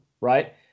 right